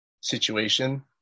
situation